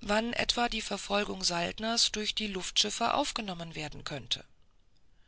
wann etwa die verfolgung saltners durch die luftschiffe aufgenommen werden könnte